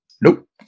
Nope